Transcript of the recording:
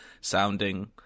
sounding